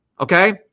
okay